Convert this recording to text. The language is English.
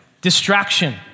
distraction